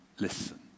listen